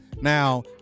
now